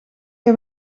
heb